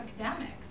academics